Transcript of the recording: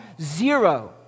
zero